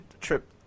trip